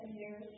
years